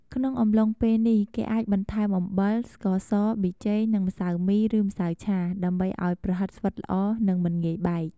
ក្នុងអំឡុងពេលនេះ គេអាចបន្ថែមអំបិល ស្ករស ប៊ីចេង និងម្សៅមី ឬម្សៅឆា ដើម្បីឱ្យប្រហិតស្អិតល្អ និងមិនងាយបែក។